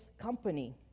company